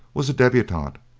was a debutante,